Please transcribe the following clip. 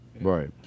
Right